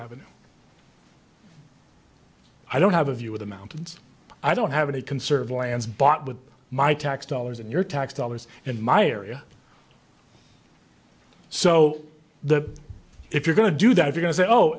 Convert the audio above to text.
avenue i don't have a view of the mountains i don't have any conserve lands bought with my tax dollars and your tax dollars in my area so the if you're going to do that if you can say oh